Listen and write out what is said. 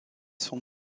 son